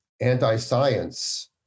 anti-science